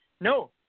no